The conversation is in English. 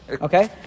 Okay